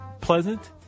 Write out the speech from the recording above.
Pleasant